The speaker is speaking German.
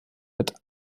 mit